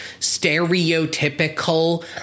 stereotypical